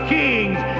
kings